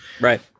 right